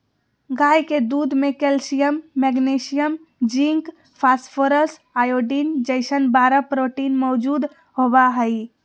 गाय के दूध में calcium, magnesium, zinc, phosphorus, iodine जैसन बारह प्रोटीन मौजूद होबा हइ